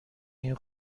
این